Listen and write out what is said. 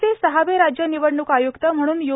राज्याचे सहावे राज्य निवडणूक आय्क्त म्हणून यू